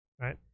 Right